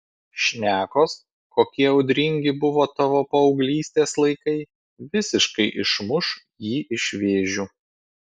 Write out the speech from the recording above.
šnekos kokie audringi buvo tavo paauglystės laikai visiškai išmuš jį iš vėžių